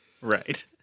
right